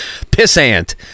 Pissant